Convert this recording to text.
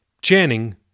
Channing